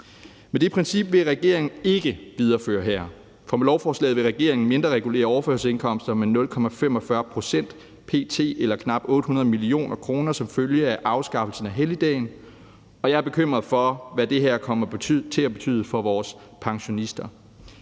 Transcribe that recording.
Men det princip vil regeringen ikke videreføre her. For med lovforslaget vil regeringen mindreregulere overførselsindkomster med 0,45 pct. pt. eller knap 800 mio. kr. som følge af afskaffelsen af helligdagen, og jeg er bekymret for, hvad det her kommer til at betyde for vores pensionister.